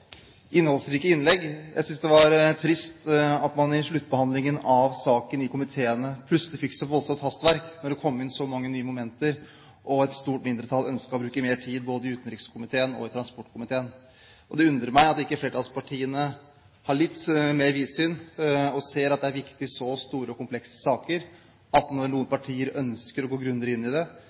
innholdsrike innlegg. Jeg synes det var trist at man i sluttbehandlingen av saken i komiteene plutselig fikk så voldsomt hastverk, når det kom inn så mange nye momenter. Et stort mindretall ønsket å bruke mer tid, både i utenrikskomiteen og i transportkomiteen. Det undrer meg at ikke flertallspartiene har litt mer vidsyn og ser at det er viktig i så store og kompliserte saker – når noen partier ønsker å gå grundigere inn i og vurdere de forslag som kommer, at det